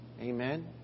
Amen